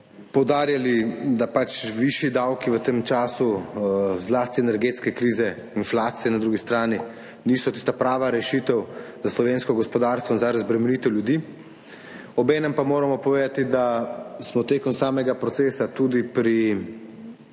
poudarjali, da pač višji davki v tem času zlasti energetske krize, inflacije na drugi strani niso tista prava rešitev za slovensko gospodarstvo in za razbremenitev ljudi. Obenem pa moramo povedati, da smo tekom samega procesa, tudi pri,